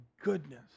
goodness